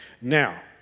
Now